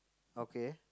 okay